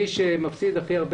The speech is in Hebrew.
מי שמפסיד הכי הרבה,